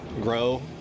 grow